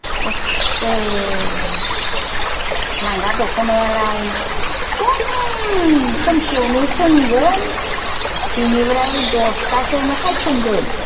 एखे लांगा दख'नायालाय फुं खोमसियावनो सोंगोन बिनिफ्राय दसथासोआवनो खायसनगोन